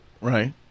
Right